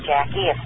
Jackie